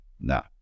No